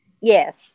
Yes